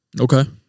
Okay